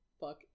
fuck